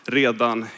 redan